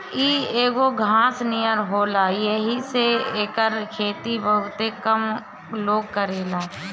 इ एगो घास नियर होला येही से एकर खेती बहुते कम लोग करेला